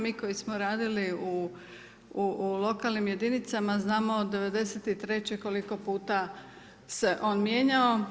Mi koji smo radili u lokalnim jedinicama znamo od '93. koliko puta se on mijenjao.